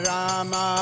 Rama